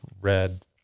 red